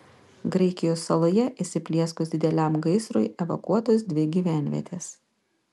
graikijos saloje įsiplieskus dideliam gaisrui evakuotos dvi gyvenvietės